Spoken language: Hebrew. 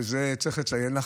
ואת זה צריך לציין.